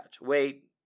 Wait